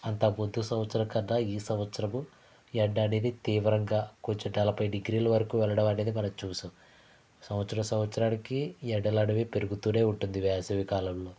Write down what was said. అంతకు ముందు సంవత్సరం కన్నా ఈ సంవత్సరము ఎండ అనేది తీవ్రంగా కొంచెం నలభై డిగ్రీల వరకు వెళ్లడం అనేది మనం చూసాం సంవత్సరం సంవత్సరానికి ఈ ఎండలనేవి పెరుగుతూనే ఉంటుంది వేసవి కాలంలో